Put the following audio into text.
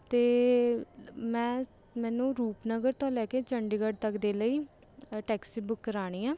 ਅਤੇ ਮੈਂ ਮੈਨੂੰ ਰੂਪਨਗਰ ਤੋਂ ਲੈ ਕੇ ਚੰਡੀਗੜ੍ਹ ਤੱਕ ਦੇ ਲਈ ਟੈਕਸੀ ਬੁੱਕ ਕਰਾਉਣੀ ਹੈ